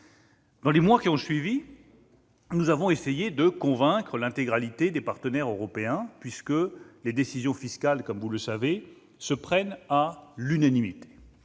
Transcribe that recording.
Dans les mois qui ont suivi, nous avons essayé d'entraîner l'intégralité de nos partenaires européens, puisque les décisions fiscales se prennent à l'unanimité,